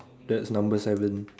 that's number seven